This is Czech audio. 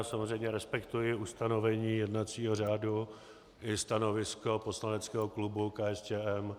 Samozřejmě respektuji ustanovení jednacího řádu i stanovisko poslaneckého klubu KSČM.